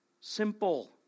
simple